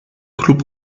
club